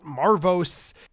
Marvos